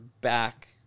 back